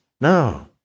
No